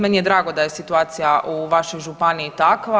Meni je drago da je situacija u vašoj županiji takva.